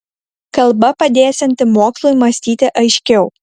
kalba padėsianti mokslui mąstyti aiškiau